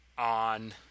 on